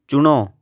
ਚੁਣੋ